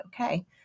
Okay